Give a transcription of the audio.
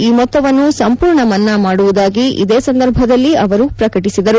ಈ ಮೊತ್ತವನ್ನು ಸಂಪೂರ್ಣ ಮನ್ನಾ ಮಾಡುವುದಾಗಿ ಇದೇ ಸಂದರ್ಭದಲ್ಲಿ ಅವರು ಪ್ರಕಟಿಬದರು